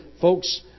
folks